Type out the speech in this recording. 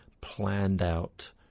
planned-out